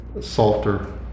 softer